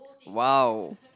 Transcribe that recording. !wow!